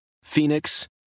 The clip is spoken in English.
phoenix